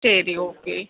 சரி ஓகே